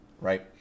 right